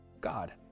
God